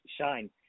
Shine